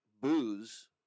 booze